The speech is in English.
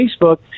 Facebook